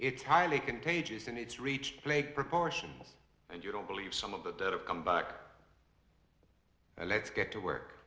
it's highly contagious and it's reached plague proportions and you don't believe some of the dead of come back and let's get to work